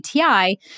ATI